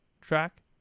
track